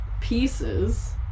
pieces